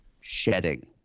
shedding